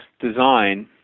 design